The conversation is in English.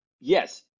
Yes